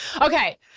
Okay